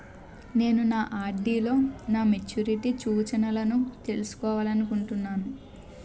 నేను నా ఆర్.డి లో నా మెచ్యూరిటీ సూచనలను తెలుసుకోవాలనుకుంటున్నాను